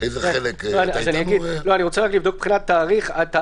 איזה חלק --- אני רוצה לבדוק מבחינת תאריך.